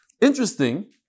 Interesting